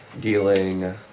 dealing